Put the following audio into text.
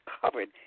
covered